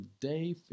Day